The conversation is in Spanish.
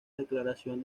declaración